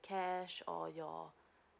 cash or your